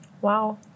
wow